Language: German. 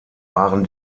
waren